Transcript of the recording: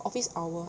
office hour